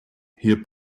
hier